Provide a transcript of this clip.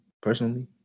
personally